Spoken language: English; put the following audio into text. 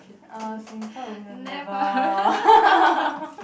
uh Singapore will be like never